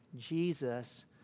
Jesus